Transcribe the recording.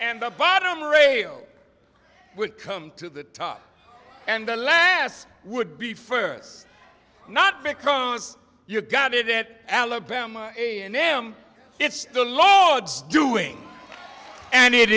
and the bottom rail will come to the top and the land would be first not because you've got it at alabama a and m it's the loads doing and it